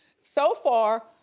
so far,